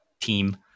team